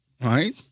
right